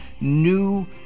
new